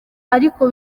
ariko